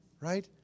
right